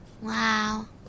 Wow